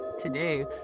Today